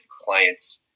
clients